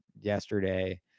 yesterday